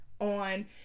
on